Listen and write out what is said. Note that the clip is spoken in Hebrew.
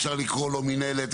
אפשר לקרוא לו מנהלת,